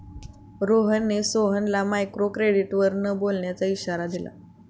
रोहनने सोहनला मायक्रोक्रेडिटवर न बोलण्याचा इशारा दिला